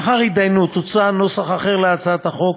לאחר התדיינות הוצע נוסח אחר להצעת החוק,